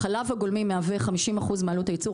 החלב הגולמי מהווה 50% מעלות הייצור,